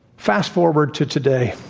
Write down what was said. fast-forward to today.